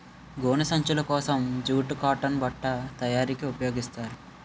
గోను సంచులు కోసం జూటు కాటన్ బట్ట తయారీకి ఉపయోగిస్తారు